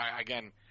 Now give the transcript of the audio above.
again